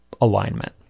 alignment